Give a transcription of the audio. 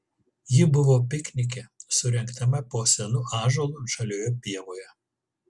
ji buvo piknike surengtame po senu ąžuolu žalioje pievoje